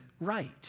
right